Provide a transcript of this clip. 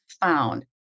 found